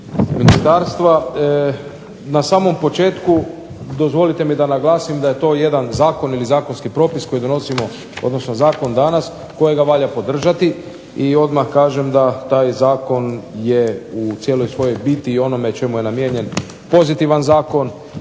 Na samom početku dozvolite mi da naglasim da je to jedan Zakon koji donosimo kojega valja podržati i odmah kažem da taj zakon je u cijeloj svojoj biti i onome čemu je namijenjen pozitivan zakon